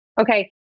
Okay